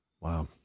Wow